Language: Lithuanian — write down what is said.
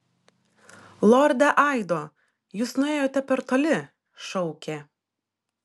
lorde aido jūs nuėjote per toli šaukė